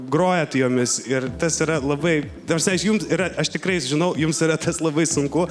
grojat jomis ir tas yra labai ta prasme aš jums yra aš tikrai žinau jums yra tas labai sunku